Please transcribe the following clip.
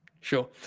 Sure